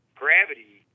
gravity